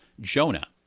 Jonah